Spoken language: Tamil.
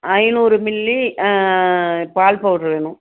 ஐநூறு மில்லி பால் பவுட்ரு வேணும்